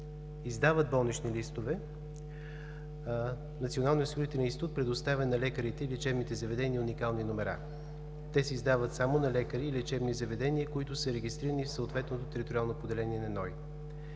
издава болнични листове, Националният осигурителен институт предоставя на лекарите и лечебните заведения уникални номера. Те се издават само на лекари и лечебни заведения, които са регистрирани в съответното териториално поделение на НОИ.